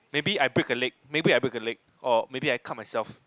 maybe I break a leg maybe I break a leg or maybe I cut myself